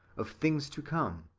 of things to come,